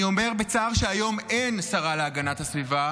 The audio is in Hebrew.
אני אומר בצער שהיום אין שרה להגנת הסביבה